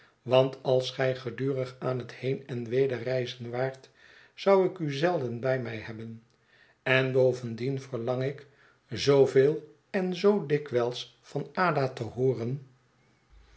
want als gij gedurig aan het heen en weder reizen waart zou ik u zelden bij mij hebben en bovendien verlang ik zooveel en zoo dikwijls van ada te hooren